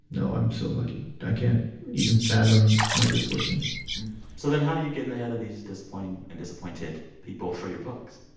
no. i'm so lucky. i can't even fathom my good fortune so then how do you get in the head of these disappointing and disappointed people for your books?